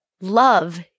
Love